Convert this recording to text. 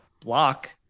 block